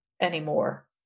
anymore